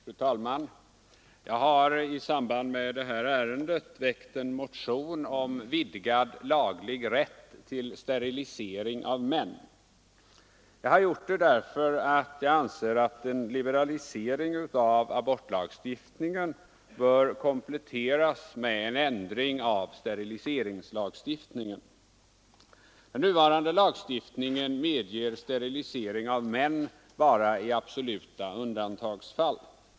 Fru talman! Jag har i samband med detta ärende väckt en motion om vidgad laglig rätt till sterilisering av män. Jag har gjort det därför att jag anser att en liberalisering av abortlagstiftningen bör kompletteras med en ändring av steriliseringslagstiftningen. Den nuvarande lagstiftningen medger sterilisering av män endast i absoluta undantagsfall.